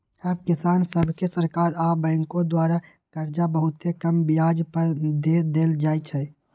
अब किसान सभके सरकार आऽ बैंकों द्वारा करजा बहुते कम ब्याज पर दे देल जाइ छइ